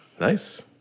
Nice